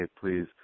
please